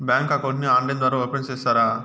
Bank account ని online ద్వారా open సేస్తారా?